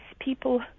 people